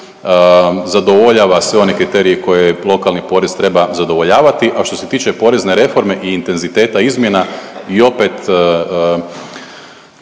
zadovoljava sve one kriterije koje lokalni porez treba zadovoljavati, a što se tiče porezne reforme i intenziteta izmjena i opet